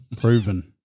Proven